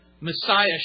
Messiah